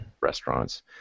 restaurants